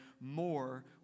more